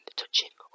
touching